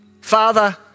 Father